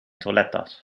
toilettas